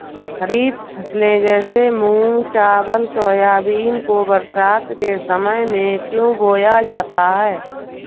खरीफ फसले जैसे मूंग चावल सोयाबीन को बरसात के समय में क्यो बोया जाता है?